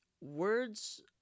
Words